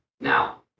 Now